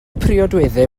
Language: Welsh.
priodweddau